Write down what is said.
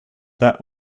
that